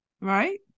Right